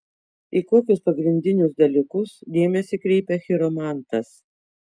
į kokius pagrindinius dalykus dėmesį kreipia chiromantas